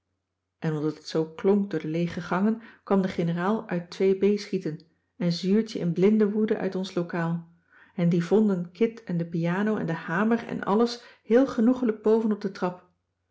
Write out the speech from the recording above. en omdat het zoo klonk door de leege gangen kwam de generaal uit ii b schieten en zuurtje in blinde woede uit ons locaal en die vonden kit en de piano en den hamer en alles heel genoegelijk boven op de trap